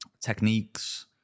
techniques